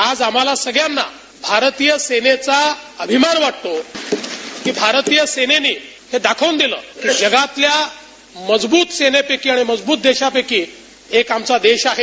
आज आम्हाला सगळ्यांना भारतिय सेनेचा अभिमान वाटतो की भारतीय सेनेनी हे दाखवून दिलं की जगातल्या मजबूत सेनेपैकी आणि मजबूत देशापैकी एक आमचा देश आहे